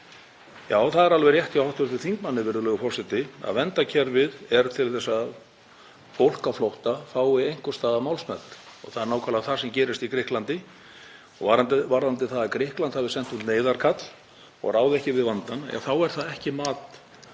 Já, það er alveg rétt hjá hv. þingmanni, virðulegur forseti, að verndarkerfið er til að fólk á flótta fái einhvers staðar málsmeðferð og það er nákvæmlega það sem gerist í Grikklandi. Varðandi það að Grikkland hafi sent út neyðarkall og ráði ekki við vandann þá er það ekki mat